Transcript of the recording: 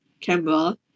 camera